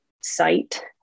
site